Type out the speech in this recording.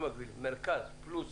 מרכז פלוס